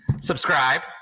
subscribe